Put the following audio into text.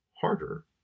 harder